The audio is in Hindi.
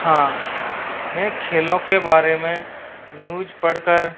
हाँ मैं खेलों के बारे में न्यूज पढ़ कर